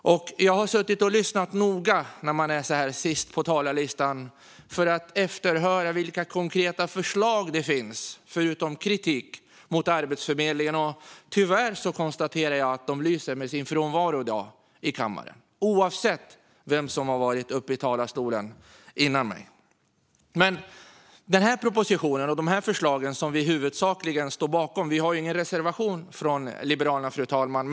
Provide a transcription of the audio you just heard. Som siste man på talarlistan har jag suttit och lyssnat noga för att efterhöra vilka konkreta förslag det finns, förutom kritik mot Arbetsförmedlingen. Tyvärr konstaterar jag att de lyst med sin frånvaro i kammaren i dag, oavsett vem som varit uppe i talarstolen före mig. Vi står huvudsakligen bakom förslagen i propositionen. Vi har ingen reservation från Liberalerna, fru talman.